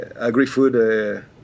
agri-food